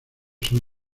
son